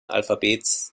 alphabets